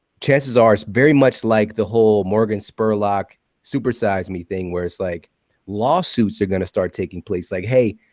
chances are it's very much like the whole morgan spurlock super size me thing where it's like lawsuits are going to start taking place. like hey,